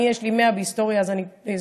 אני יש לי 100 בהיסטוריה, אז אני זוכרת,